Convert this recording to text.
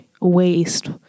waste